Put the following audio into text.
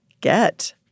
get